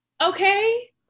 okay